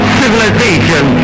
civilization